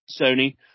Sony